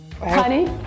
Honey